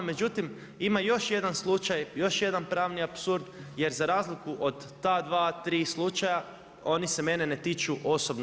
Međutim, ima još jedan slučaj, još jedan pravni apsurd jer za razliku od ta dva, tri slučaja oni se meni ne tiču osobno.